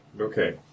okay